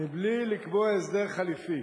בלי לקבוע הסדר חלופי.